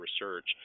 research